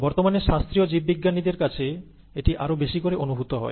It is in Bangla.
বর্তমানে শাস্ত্রীয় জীববিজ্ঞানীদের কাছে এটি আরও বেশি করে অনুভূত হয়